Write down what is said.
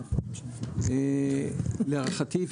להערכתי,